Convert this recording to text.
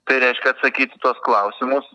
tai reiškia atsakyt į tuos klausimus